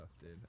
dude